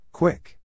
Quick